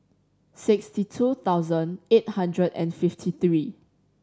sixty two thousand eight hundred and fifty three